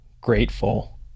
grateful